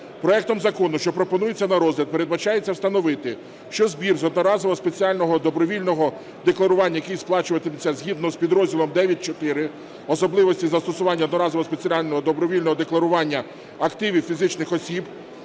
Проектом закону, що пропонується на розгляд, передбачається встановити, що збір з одноразового спеціального добровільного декларування, який сплачуватиметься згідно з підрозділом 9-4 "Особливості застосування одноразового спеціального добровільного декларування активів фізичних осіб"